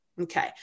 Okay